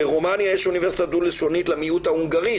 ברומניה יש אוניברסיטה דו לשונית למיעוט ההונגרי,